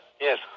yes